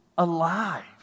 alive